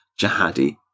jihadi